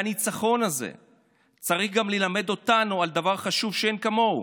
והניצחון הזה צריך גם ללמד אותנו דבר חשוב מאין כמוהו: